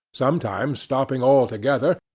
sometimes stopping altogether,